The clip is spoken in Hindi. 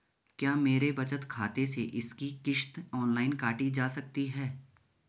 क्या मेरे बचत खाते से इसकी किश्त ऑनलाइन काटी जा सकती है?